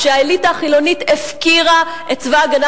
כשהאליטה החילונית הפקירה את צבא-הגנה